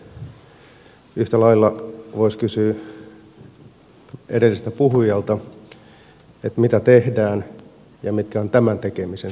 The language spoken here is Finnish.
yhtä lailla voisi kysyä edelliseltä puhujalta mitä tehdään ja mitkä ovat tämän tekemisen seuraukset